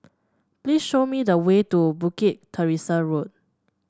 please show me the way to Bukit Teresa Road